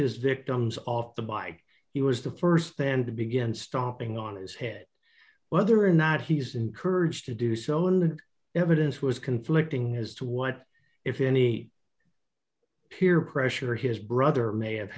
his victims off the bike he was the st band to begin stomping on his head whether or not he's encouraged to do so and the evidence was conflicting as to what if any peer pressure his brother may have